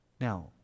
Now